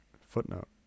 footnote